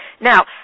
Now